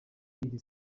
iri